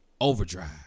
Overdrive